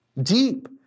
Deep